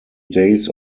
days